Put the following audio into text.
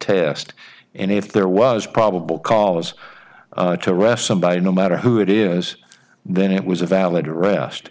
test and if there was probable cause to arrest somebody no matter who it is then it was a valid arrest